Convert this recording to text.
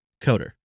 coder